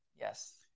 Yes